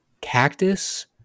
Cactus